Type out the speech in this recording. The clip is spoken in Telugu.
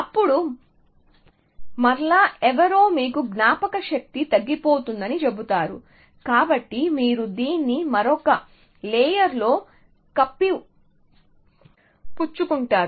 అప్పుడు మరలా ఎవరో మీకు జ్ఞాపకశక్తి తగ్గిపోతోందని చెబుతారు కాబట్టి మీరు దీన్ని మరొక లేయర్ లో కప్పిపుచ్చు కుంటారు